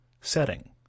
setting